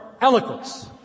eloquence